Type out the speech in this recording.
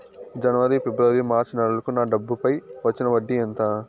జనవరి, ఫిబ్రవరి, మార్చ్ నెలలకు నా డబ్బుపై వచ్చిన వడ్డీ ఎంత